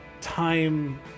time